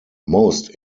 most